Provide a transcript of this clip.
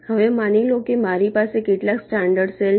હવે માની લો કે મારી પાસે કેટલાક સ્ટાન્ડર્ડ સેલ છે